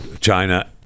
China